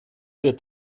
wird